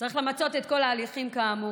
צריך למצות את כל ההליכים, כאמור.